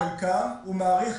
הוא מעריך